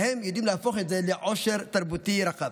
והם יודעים להפוך את זה לעושר תרבותי רחב.